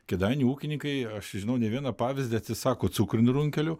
kėdainių ūkininkai aš žinau ne vieną pavyzdį atsisako cukrinių runkelių